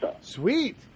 Sweet